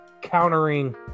countering